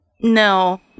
No